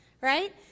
right